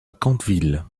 conteville